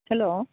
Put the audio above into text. hello